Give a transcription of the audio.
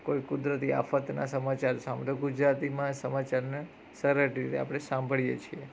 કોઈ કુદરતી આફતના સમાચાર સાંભળો ગુજરાતીમાં સમાચારને સરળ રીતે આપણે સાંભળીએ છીએ